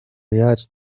яаж